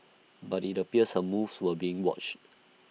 but IT appears her moves were being watched